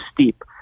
steep